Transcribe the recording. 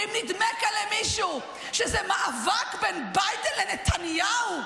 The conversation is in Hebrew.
ואם נדמה כאן למישהו שזה מאבק בין ביידן לנתניהו,